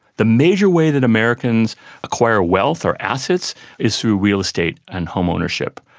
the major way that americans acquire wealth or assets is through real estate and home ownership.